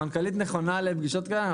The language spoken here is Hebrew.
המנכ"לית נכונה לפגישות כאלה.